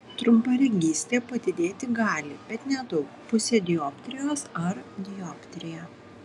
trumparegystė padidėti gali bet nedaug pusę dioptrijos ar dioptriją